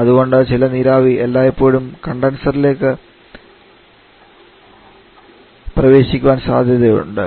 അതുകൊണ്ട് ചില നീരാവി എല്ലായ്പ്പോഴും കണ്ടൻസറിലേക്ക് പ്രവേശിക്കാൻ സാധ്യതയുള്ളത്